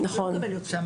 הוא לא מקבל יותר.